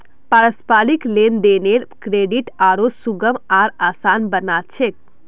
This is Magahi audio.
पारस्परिक लेन देनेर क्रेडित आरो सुगम आर आसान बना छेक